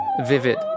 vivid